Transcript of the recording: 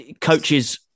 Coaches